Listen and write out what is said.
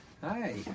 hi